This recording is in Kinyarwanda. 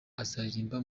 azaririmba